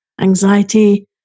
anxiety